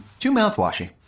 too mouthwashy.